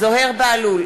זוהיר בהלול,